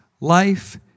life